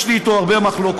יש לי אתו הרבה מחלוקות,